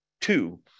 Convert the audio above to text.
two